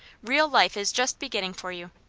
real life is just beginning for you.